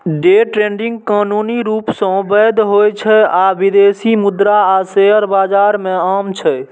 day trading कानूनी रूप सं वैध होइ छै आ विदेशी मुद्रा आ शेयर बाजार मे आम छै